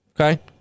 Okay